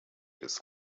his